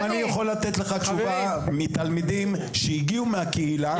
גם אני יכול לתת לך תשובה מתלמידים שהגיעו מהקהילה,